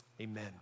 amen